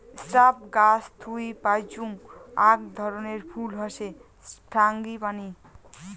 shrub গাছ থুই পাইচুঙ আক ধরণের ফুল হসে ফ্রাঙ্গিপানি